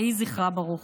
יהי זכרה ברוך.